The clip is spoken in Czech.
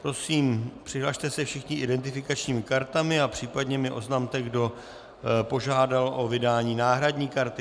Prosím, přihlaste se všichni identifikačními kartami a případně mi oznamte, kdo požádal o vydání náhradní karty.